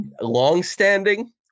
longstanding